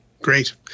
Great